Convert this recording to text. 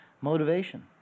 Motivation